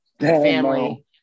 family